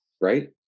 right